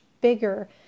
bigger